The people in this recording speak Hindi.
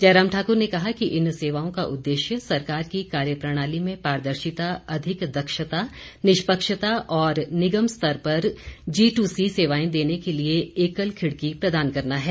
जयराम ठाकुर ने कहा कि इस सेवाओं का उददेश्य सरकार की कार्य प्रणाली में पारदर्शिता अधिक दक्षता निष्पक्षता और निगम स्तर पर जी टू सी सेवाएं देने के लिए एकल खिड़की प्रदान करना है